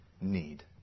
need